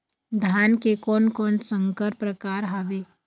धान के कोन कोन संकर परकार हावे?